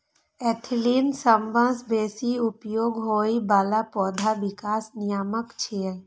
ethylene सबसं बेसी उपयोग होइ बला पौधा विकास नियामक छियै